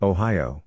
Ohio